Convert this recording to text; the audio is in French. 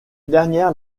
dernière